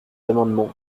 amendements